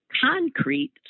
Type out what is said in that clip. concrete